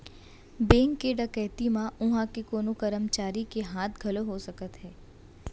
bank के डकैती म उहां के कोनो करमचारी के हाथ घलौ हो सकथे